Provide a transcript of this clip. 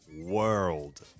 World